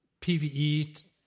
PVE